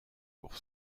pour